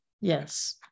Yes